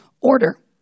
order